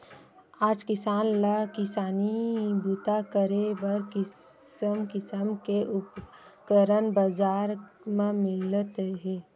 आज किसान ल किसानी बूता करे बर किसम किसम के उपकरन बजार म मिलत हे